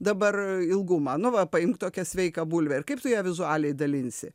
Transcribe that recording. dabar ilgumą nu va paimk tokią sveiką bulvę ir kaip tu ją vizualiai dalinsi